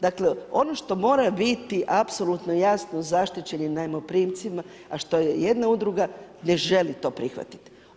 Dakle, ono što mora biti apsolutno jasno zaštićenim najmoprimcima, a što je jedna udruga ne želi to prihvatiti.